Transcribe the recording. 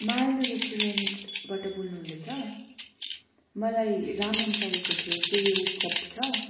मायालु रेस्टुरेन्टबाट बोल्नुहुँदैछ मलाई रामेन चाहिएको थियो के यो उपलब्ध छ